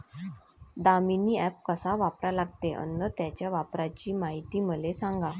Damini app कस वापरा लागते? अन त्याच्या वापराची मायती मले सांगा